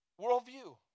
worldview